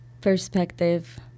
perspective